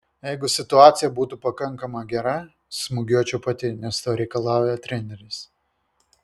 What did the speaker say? jeigu situacija būtų pakankamai gera smūgiuočiau pati nes to reikalauja treneris